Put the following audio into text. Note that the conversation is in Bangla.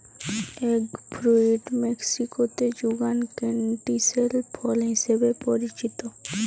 এগ ফ্রুইট মেক্সিকোতে যুগান ক্যান্টিসেল ফল হিসেবে পরিচিত